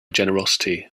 generosity